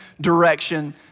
direction